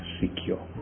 secure